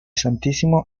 santísimo